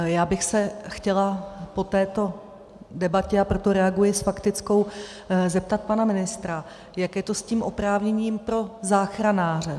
Já bych se chtěla po této debatě a proto reaguji s faktickou zeptat pane ministra, jak je to s tím oprávněním pro záchranáře.